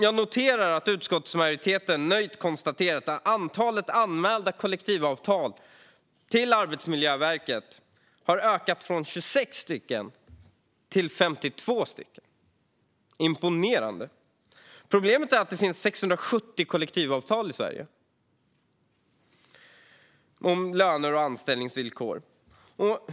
Jag noterar att utskottsmajoriteten nöjt konstaterar att antalet anmälda kollektivavtal till Arbetsmiljöverket har ökat från 26 till 52. Imponerande. Problemet är bara att det finns 670 kollektivavtal om löner och anställningsvillkor i Sverige.